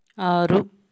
ఆరు